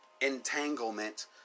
entanglement